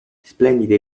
splendide